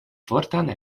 fortan